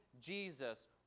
Jesus